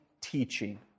teaching